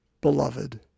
beloved